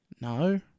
No